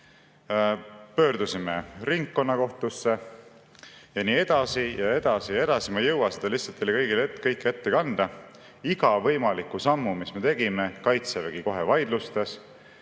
Pöördusime ringkonnakohtusse ja nii edasi ja edasi ja edasi. Ma ei jõua seda lihtsalt teile kõike ette kanda. Iga võimaliku sammu, mis me tegime, Kaitsevägi kohe vaidlustas.